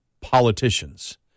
politicians